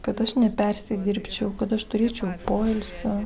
kad aš nepersidirbčiau kad aš turėčiau poilsio